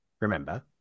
Remember